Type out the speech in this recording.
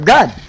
God